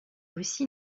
aussi